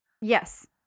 Yes